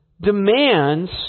demands